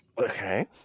Okay